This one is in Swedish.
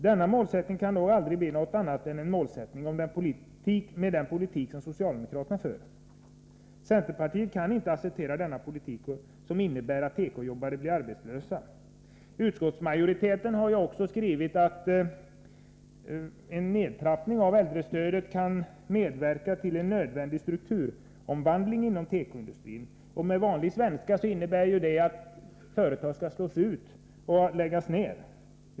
Detta kan dock aldrig bli mer än en målsättning med den politik som socialdemokraterna för. Centerpartiet kan inte acceptera denna politik, som innebär att tekojobbare blir arbetslösa. Utskottsmajoriteten skriver också att en nedtrappning av äldrestödet kan medverka till en nödvändig strukturomvandling inom tekoindustrin. På vanlig svenska innebär detta att företag slås ut och läggs ned.